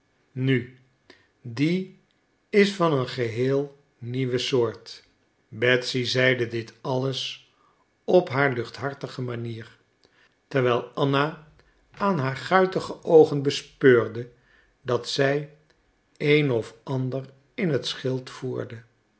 nu die is van een geheel nieuwe soort betsy zeide dit alles op haar luchthartige manier terwijl anna aan haar guitige oogen bespeurde dat zij een of ander in het schild voerde